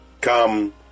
Come